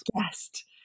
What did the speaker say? Guest